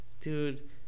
Dude